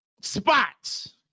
spots